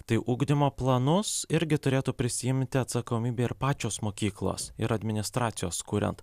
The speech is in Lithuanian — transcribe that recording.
tai ugdymo planus irgi turėtų prisiimti atsakomybę ir pačios mokyklos ir administracijos kuriant